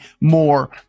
more